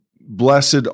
blessed